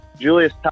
Julius